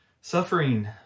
Suffering